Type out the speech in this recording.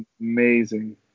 amazing